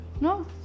no